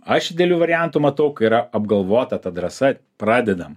aš idealiu variantu matau yra apgalvota ta drąsa pradedam